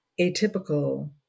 atypical